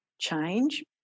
change